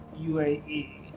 UAE